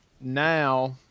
now